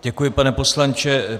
Děkuji, pane poslanče.